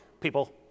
people